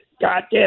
goddamn